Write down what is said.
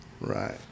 Right